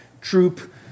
troop